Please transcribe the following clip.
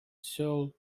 seoul